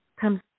comes